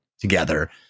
together